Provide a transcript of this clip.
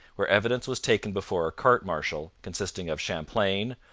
where evidence was taken before a court-martial consisting of champlain,